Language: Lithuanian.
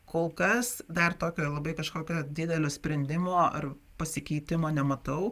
kol kas dar tokio labai kažkokio didelio sprendimo ar pasikeitimo nematau